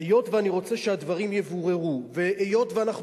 היות שאני רוצה שהדברים יתבררו והיות שאנחנו